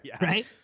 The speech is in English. right